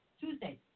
Tuesday